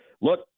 look